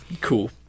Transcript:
Cool